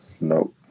No